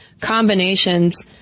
combinations